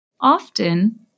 Often